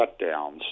shutdowns